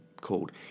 Called